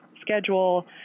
schedule